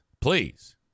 please